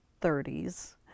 30s